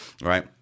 right